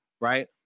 right